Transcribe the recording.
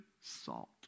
salt